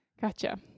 Gotcha